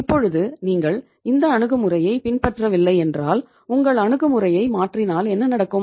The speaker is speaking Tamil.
இப்பொழுது நீங்கள் இந்த அணுகுமுறையை பின்பற்றவில்லை என்றால் உங்கள் அணுகுமுறையை மாற்றினால் என்ன நடக்கும்